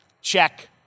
Check